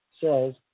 says